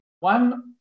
One